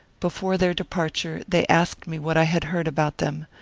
before their de parture they asked me what i had heard about them,